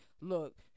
look